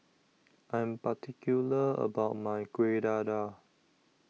I Am particular about My Kuih Dadar